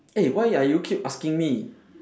eh why are you keep asking me